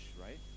right